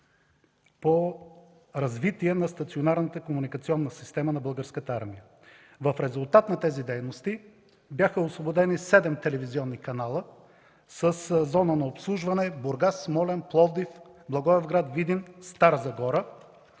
по развитие на стационарната комуникационна система на Българската армия. В резултат на тези дейности бяха освободени 7 телевизионни канала със зона на обслужване Бургас, Смолян, Пловдив, Благоевград, Видин, Стара Загора.